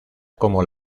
como